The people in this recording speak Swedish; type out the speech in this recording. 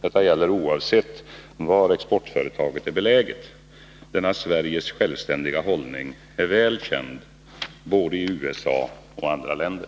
Detta gäller oavsett var exportföretaget är beläget. Denna Sveriges självständiga hållning är väl känd både i USA och i andra länder.